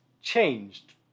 changed